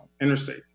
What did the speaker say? interstate